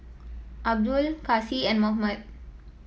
Abdul Kasih and Muhammad